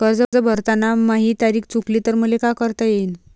कर्ज भरताना माही तारीख चुकली तर मले का करता येईन?